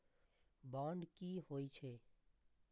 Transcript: Bond की होई छै?